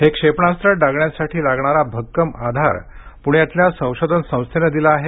हे क्षेपणास्त्र डागण्यासाठी लागणारा भक्कम आधार पुण्यातल्या संशोधन संस्थेनं दिला आहे